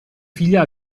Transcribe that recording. figlia